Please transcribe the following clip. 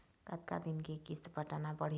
कतका दिन के किस्त पटाना पड़ही?